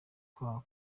kwa